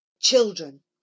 Children